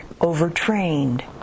overtrained